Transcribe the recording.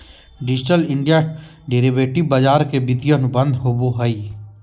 digital India derivative बाजार के वित्तीय अनुबंध होबो हइ